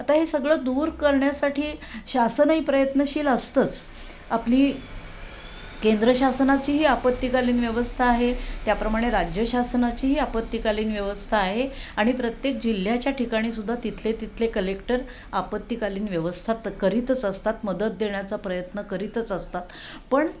आता हे सगळं दूर करण्यासाठी शासनही प्रयत्नशील असतंच आपली केंद्रशासनाचीही आपत्तीकालीन व्यवस्था आहे त्याप्रमाणे राज्यशासनाचीही आपत्तीकालीन व्यवस्था आहे आणि प्रत्येक जिल्ह्याच्या ठिकाणीसुद्धा तिथले तिथले कलेक्टर आपत्तीकालीन व्यवस्था तर करीतच असतात मदत देण्याचा प्रयत्न करीतच असतात पण